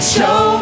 Show